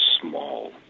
small